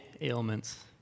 ailments